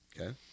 Okay